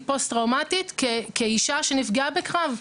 היא פוסט טראומטית כאישה שנפגעה בקרב,